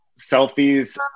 selfies